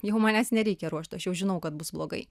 jau manęs nereikia ruošt aš jau žinau kad bus blogai